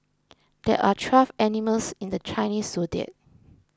there are twelve animals in the Chinese zodiac